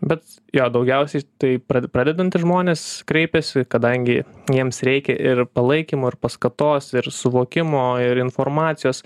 bet jo daugiausiai tai pra pradedantys žmonės kreipiasi kadangi jiems reikia ir palaikymo ir paskatos ir suvokimo ir informacijos